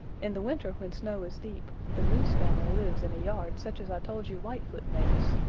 in the winter when snow is deep, the moose family lives in a yard such as i told you lightfoot makes.